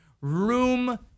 Room